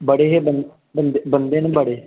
बड़े हे बन बंदे न बड़े